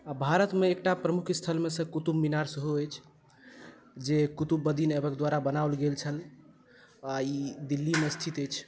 आ भारतमे एकटा प्रमुख स्थल मे सँ कुतुबमीनार सेहो अछि जे कुतुबुद्दीन ऐबक द्वारा बनाओल गेल छल आ ई दिल्लीमे स्थित अछि